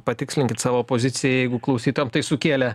patikslinkit savo poziciją jeigu klausytojam tai sukėlė